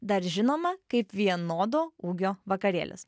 dar žinoma kaip vienodo ūgio vakarėlis